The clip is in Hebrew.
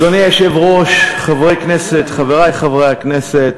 אדוני היושב-ראש, חברי חברי הכנסת,